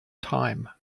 time